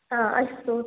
हा अस्तु